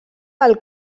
del